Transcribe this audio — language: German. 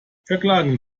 verklagen